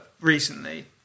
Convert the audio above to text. recently